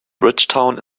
bridgetown